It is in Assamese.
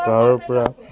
গাঁৱৰ পৰা